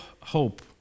hope